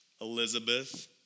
Elizabeth